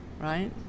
right